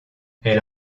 elle